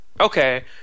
Okay